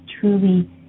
truly